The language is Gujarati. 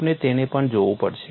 આપણે તેને પણ જોવું પડશે